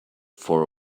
for